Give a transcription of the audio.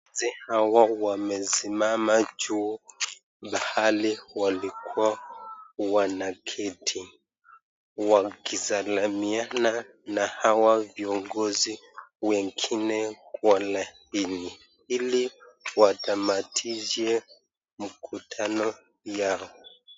Wanafunzi hawa wamesimama juu mahali walikua wanaketi wakisalimiana na hawa viongozi wengine ili watamatishe mkutano yao.